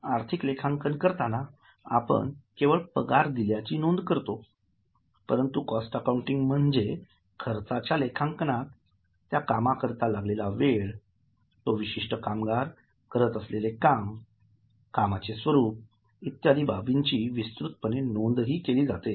आर्थिक लेखांकन करताना आपण केवळ पगार दिल्याची नोंद करतो परंतु कॉस्ट अकाउंटिंग म्हणजे खर्चाच्या लेखांकनात त्या कामांकरिता लागलेला वेळतो विशिष्ट कामगार'करत'असलेले काम कामाचे स्वरूप इत्यादी बाबींची विस्तृत पणे नोंद केली जाते